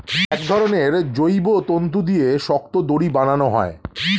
এক ধরনের জৈব তন্তু দিয়ে শক্ত দড়ি বানানো হয়